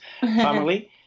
family